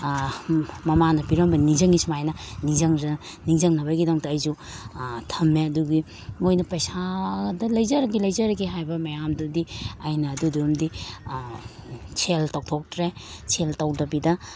ꯃꯃꯥꯅ ꯄꯤꯔꯝꯕ ꯅꯤꯡꯖꯪꯉꯤ ꯁꯨꯃꯥꯏꯅ ꯅꯤꯖꯪꯅꯕꯒꯤꯗꯃꯛꯇ ꯑꯩꯁꯨ ꯊꯝꯃꯦ ꯑꯗꯨꯒꯤ ꯃꯣꯏꯅ ꯄꯩꯁꯥꯗ ꯂꯩꯖꯔꯒꯦ ꯂꯩꯖꯔꯒꯦ ꯍꯥꯏꯕ ꯃꯌꯥꯝꯗꯨꯗꯤ ꯑꯩꯅ ꯑꯗꯨꯗꯨ ꯑꯃꯗꯤ ꯁꯦꯜ ꯇꯧꯊꯣꯛꯇ꯭ꯔꯦ ꯁꯦꯜ ꯇꯧꯗꯕꯤꯗ